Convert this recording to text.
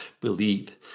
believe